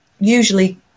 usually